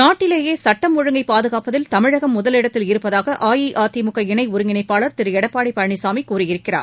நாட்டிலேயே சட்டம் ஒழுங்கை பாதுகாப்பதில் தமிழகம் முதலிடத்தில் இருப்பதாக அஇஅதிமுக இணை ஒருங்கிணைப்பாளர் திரு எடப்பாடி பழனிசாமி கூறியிருக்கிறார்